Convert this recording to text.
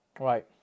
right